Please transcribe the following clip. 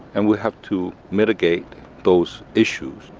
and we have to mitigate those issues.